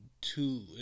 two